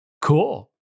cool